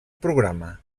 programa